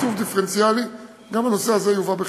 לתקצוב דיפרנציאלי גם הנושא הזה יובא בחשבון.